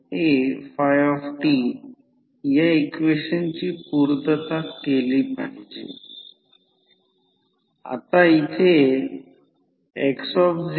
मग K N1 N2 50100 अर्धा याचा अर्थ K याच्या पेक्षा कमी आहे कारण ते अर्धे आहे याचा अर्थ हे स्टेप अप ट्रान्सफॉर्मर आहे